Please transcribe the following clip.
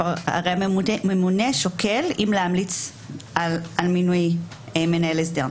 הרי הממונה שוקל אם להמליץ על מינוי מנהל הסדר.